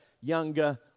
younger